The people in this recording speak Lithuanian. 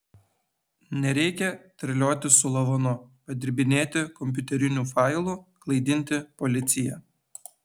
nereikia terliotis su lavonu padirbinėti kompiuterinių failų klaidinti policiją